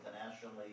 internationally